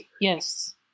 Yes